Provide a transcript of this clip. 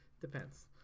Depends